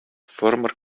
former